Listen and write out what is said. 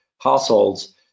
households